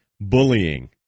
bullying